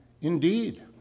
indeed